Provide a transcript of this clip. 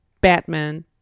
Batman